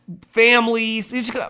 families